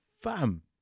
fam